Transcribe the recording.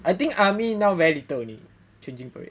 I think army now very little only changing parade